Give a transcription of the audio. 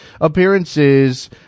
appearances